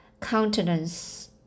countenance